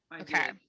Okay